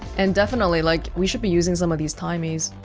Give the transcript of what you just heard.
and definitely like, we should be using some of these timies